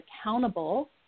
accountable